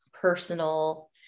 personal